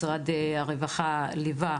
משרד הרווחה ליווה,